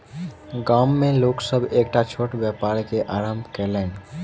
गाम में लोक सभ एकटा छोट व्यापार के आरम्भ कयलैन